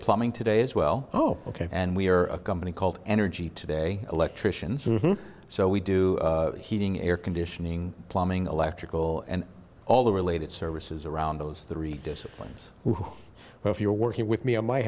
plumbing today as well oh ok and we are a company called energy today electricians so we do heating air conditioning plumbing electrical and all the related services around those three disciplines if you're working with me on my